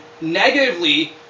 negatively